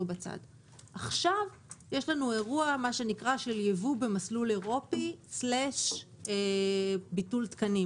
עכשיו יש לנו אירוע של ייבוא במסלול אירופי/ביטול תקנים.